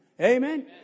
Amen